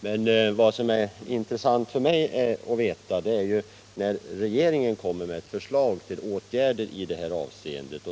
Men vad som är intressant för mig att veta är när regeringen kommer med förslag till åtgärder i detta avseende.